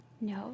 No